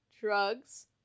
drugs